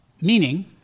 Meaning